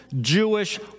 jewish